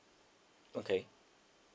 okay